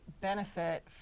benefit